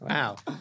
Wow